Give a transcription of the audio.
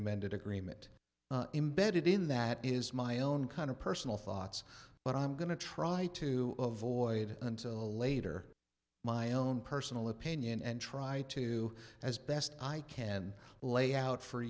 amended agreement embedded in that is my own kind of personal thoughts but i'm going to try to avoid until a later my own personal opinion and try to as best i can lay out for